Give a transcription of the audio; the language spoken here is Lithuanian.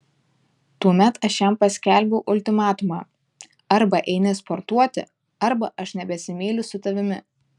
tuomet aš jam paskelbiau ultimatumą arba eini sportuoti arba aš nebesimyliu su tavimi